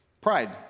Pride